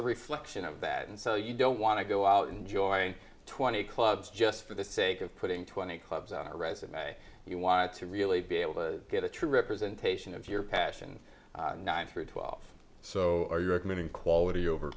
a reflection of that and so you don't want to go out enjoying twenty clubs just for the sake of putting twenty clubs on a resume you want to really be able to get a true representation of your passion nine through twelve so are you recommending quality over